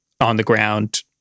on-the-ground